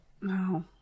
No